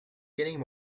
getting